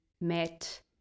met